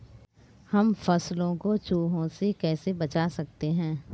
हम फसलों को चूहों से कैसे बचा सकते हैं?